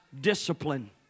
discipline